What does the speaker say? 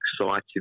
excited